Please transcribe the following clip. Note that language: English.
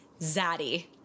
Zaddy